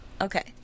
Okay